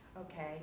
okay